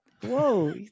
whoa